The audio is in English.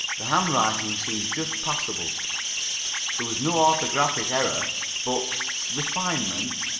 the handwriting seemed just passable there was no orthographic error but refinement?